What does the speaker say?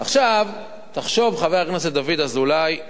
עכשיו תחשוב, חבר הכנסת אזולאי,